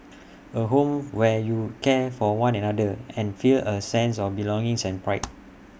A home where you care for one another and feel A sense of belongings and pride